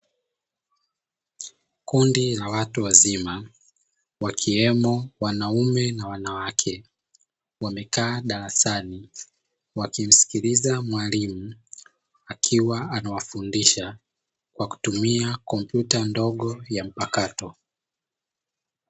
Kundi la watu wazima wakiwemo wanaume na wanawake wamekaa darasani wakimsikiliza mwalimu, akiwa anawafundisha kwa kutumia kompyuta ndogo ya mpakato.